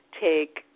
take